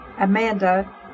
Amanda